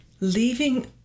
leaving